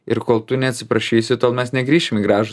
ir kol tu neatsiprašysi tol mes negrįšim į gražų